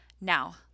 Now